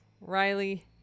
Riley